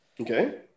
Okay